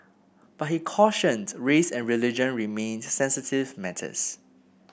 but he cautioned race and religion remained sensitive matters